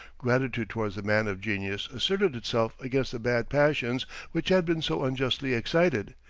gratitude towards the man of genius asserted itself against the bad passions which had been so unjustly excited,